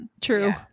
True